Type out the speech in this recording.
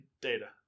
data